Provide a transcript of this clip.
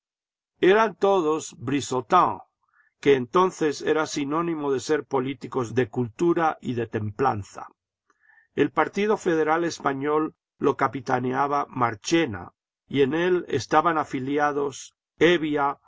eran todos brissotms que entonces era sinónimo de ser políticos de cultura y de templanza el partido federal español lo capitaneaba marcheiía y en él estaban afihados hevia